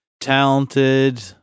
talented